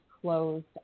closed